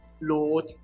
Lord